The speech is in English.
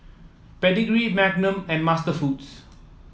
Pedigree Magnum and MasterFoods